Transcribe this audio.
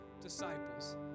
disciples